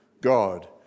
God